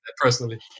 personally